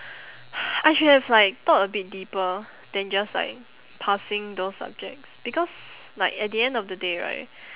I should have like thought a bit deeper than just like passing those subjects because like at the end of the day right